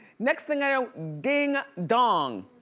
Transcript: next thing i know, ding dong.